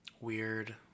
weird